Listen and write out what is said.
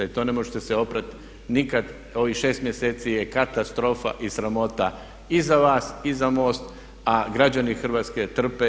To ne možete se oprati nikad, ovih 6 mjeseci je katastrofa i sramota i za vas i za MOST a građani Hrvatske trpe.